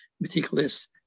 meticulous